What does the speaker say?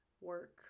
work